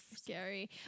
scary